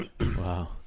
Wow